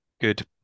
good